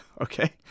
okay